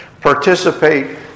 participate